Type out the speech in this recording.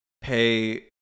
pay